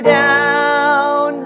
down